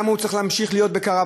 למה הוא צריך להמשיך להיות בקרוונים?